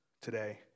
today